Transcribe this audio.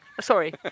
Sorry